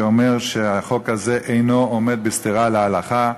שאומר שהחוק הזה אינו עומד בסתירה להלכה,